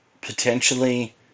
Potentially